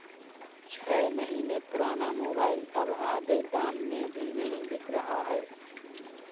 छह महीने पुराना मोबाइल अब आधे दाम में भी नही बिक रहा है